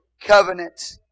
covenant